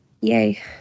yay